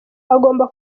agomba